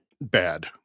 bad